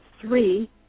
three